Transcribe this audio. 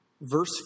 verse